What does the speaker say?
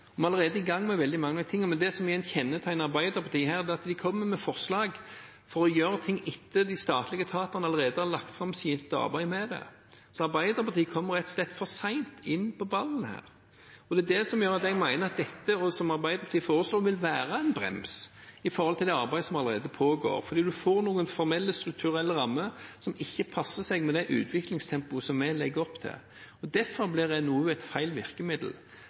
Vi er allerede i gang med veldig mange ting. Det som igjen kjennetegner Arbeiderpartiet her, er at de kommer med forslag om å gjøre ting etter at de statlige etatene allerede har lagt fram sitt arbeid med det. Arbeiderpartiet kommer rett og slett for sent på ballen her. Det er det som gjør at jeg mener at det som Arbeiderpartiet foreslår, vil være en brems i det arbeidet som allerede pågår, fordi en får noen formelle, strukturelle rammer som ikke passer til det utviklingstempoet som vi legger opp til. Derfor blir en NOU et feil virkemiddel.